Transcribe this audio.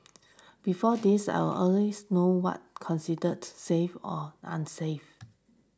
before this I'll always know what considered safe or unsafe